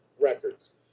records